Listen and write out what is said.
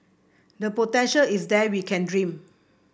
the potential is there we can dream